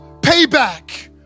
payback